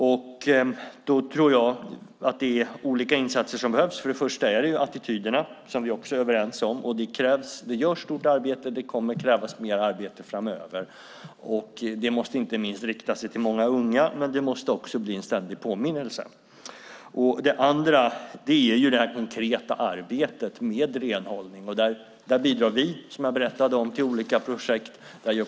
Jag tror att det är olika insatser som behövs. För det första är det attityderna, som vi också är överens om, och där görs ett stort arbete. Det kommer att krävas mer arbete framöver, och det måste rikta sig inte minst till många unga och också bli en ständig påminnelse. Det andra är det konkreta arbetet med renhållning. Där bidrar vi, som jag berättade om, till olika projekt.